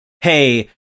hey